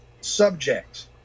subject